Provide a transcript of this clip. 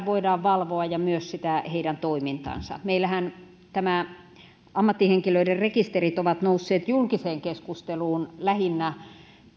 voidaan valvoa heidän pätevyyttään ja myös sitä heidän toimintaansa meillähän nämä ammattihenkilöiden rekisterit ovat nousseet julkiseen keskusteluun lähinnä